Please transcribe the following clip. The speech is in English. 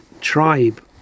tribe